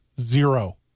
Zero